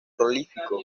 prolífico